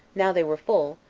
now they were full,